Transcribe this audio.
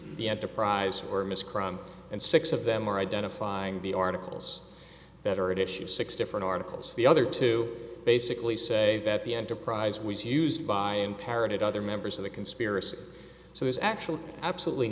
the enterprise or ms crumb and six of them are identifying the articles that are at issue six different articles the other two basically say that the enterprise was used by imperative other members of the conspiracy so his actual absolutely